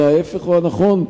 אלא ההיפך הוא הנכון,